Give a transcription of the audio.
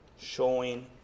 showing